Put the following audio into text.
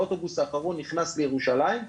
האוטובוס האחרון נכנס לירושלים,